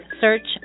Search